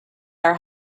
our